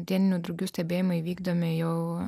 dieninių drugių stebėjimai vykdomi jau